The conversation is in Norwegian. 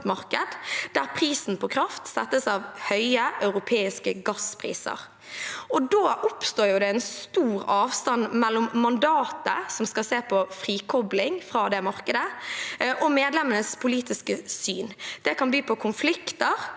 der prisen på kraft fastsettes av høye europeiske gasspriser. Da oppstår det en stor avstand mellom mandatet, om bl.a. å se på frikobling fra det markedet og på medlemmenes politiske syn. Det kan by på konflikter,